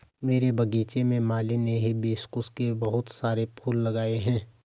मेरे बगीचे में माली ने हिबिस्कुस के बहुत सारे फूल लगाए हैं